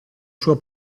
sua